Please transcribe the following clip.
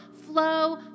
flow